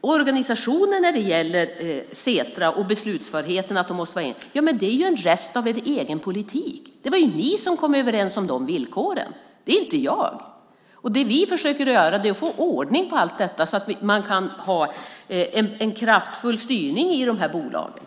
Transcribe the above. Organisationen av Setra och beslutförheten är en rest av er egen politik. Det var ni som kom överens om de villkoren - inte jag. Vi försöker få ordning på allt detta så att det går att ha en kraftfull styrning i bolagen.